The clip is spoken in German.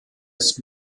ist